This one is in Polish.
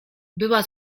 była